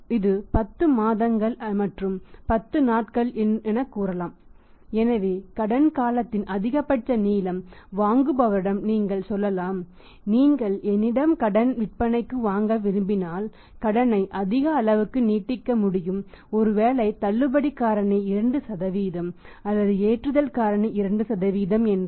இது 10 மாதங்கள் மற்றும் 10 நாட்கள் எனக் கூறலாம் எனவே கடன் காலத்தின் அதிகபட்ச நீளம் வாங்குபவரிடம் நீங்கள் சொல்லலாம் நீங்கள் என்னிடம் கடன் விற்பனைக்கு வாங்க விரும்பினால் கடனை அதிக அளவுக்கு நீட்டிக்க முடியும் ஒருவேளை தள்ளுபடி காரணி 2 அல்லது ஏற்றுதல் காரணி 2 என்றால்